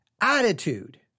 attitude